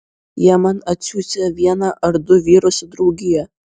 jie man atsiųsią vieną ar du vyrus į draugiją